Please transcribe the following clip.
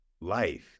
life